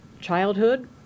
childhood